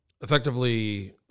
effectively